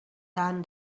done